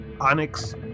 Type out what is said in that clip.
Onyx